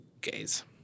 gays